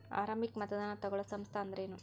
ಆರಂಭಿಕ್ ಮತದಾನಾ ತಗೋಳೋ ಸಂಸ್ಥಾ ಅಂದ್ರೇನು?